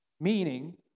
meaning